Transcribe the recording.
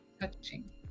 touching